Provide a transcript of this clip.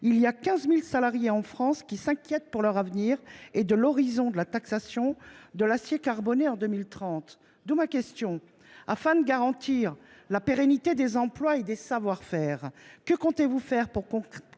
Il y a 15 000 salariés en France qui s'inquiètent pour leur avenir et de l'horizon de la taxation de l'acier carboné en 2030. D'où ma question. Afin de garantir la pérennité des emplois et des savoir-faire, que comptez-vous faire pour contraindre